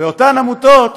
ואותן עמותות